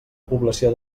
població